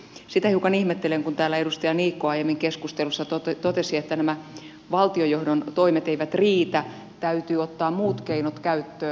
sitä hiukan ihmettelen kun täällä edustaja niikko aiemmin keskustelussa totesi että nämä valtiojohdon toimet eivät riitä täytyy ottaa muut keinot käyttöön